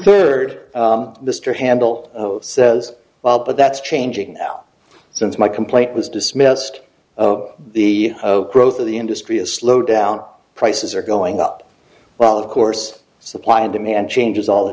third mr handel says well but that's changing since my complaint was dismissed the growth of the industry has slowed down prices are going up well of course supply and demand changes all the